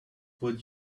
would